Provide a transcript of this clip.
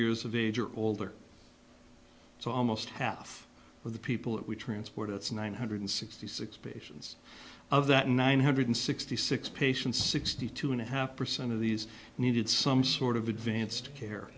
years of age or older so almost half of the people that we transport it's nine hundred sixty six patients of that nine hundred sixty six patients sixty two and a half percent of these needed some sort of advanced care